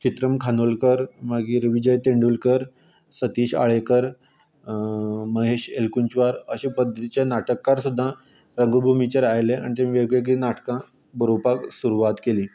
चित्रंग खानोलकर मागीर विजय तेंडुलकर सतीश आळेकर महेश एलकुंजवार अशे पध्दतीचे नाटककार सुद्दां रंगभुमीचेर आयले आनी वेगवेगळे नाटकां बरोवपाक सुरवात केली